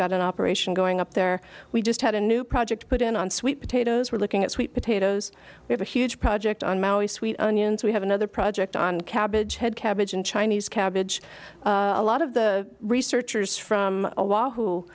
got an operation going up there we just had a new project put in on sweet potatoes we're looking at sweet potatoes we have a huge project on maui sweet onions we have another project on cabbage head cabbage and chinese cabbage a lot of the researchers from a law who